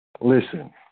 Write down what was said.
Listen